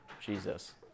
Jesus